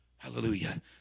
Hallelujah